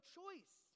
choice